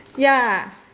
ya